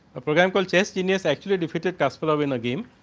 a program call chess genius actually, defeated cast. sort of you know game.